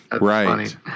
right